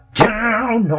down